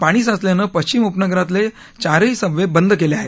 पाणी साचल्यानं पश्चिम उपनगरांतले चारही सबवे बंद केले आहेत